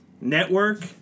network